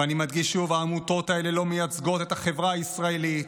ואני מדגיש שוב: העמותות האלה לא מייצגות את החברה הישראלית.